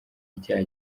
icyaha